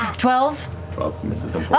twelve twelve misses.